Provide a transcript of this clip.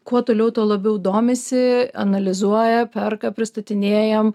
kuo toliau tuo labiau domisi analizuoja perka pristatinėjam